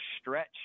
stretch